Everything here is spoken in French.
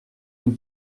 une